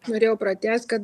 norėjau pratęsti kad